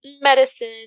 medicine